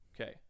Okay